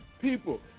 people